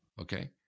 okay